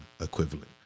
equivalent